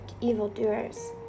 evildoers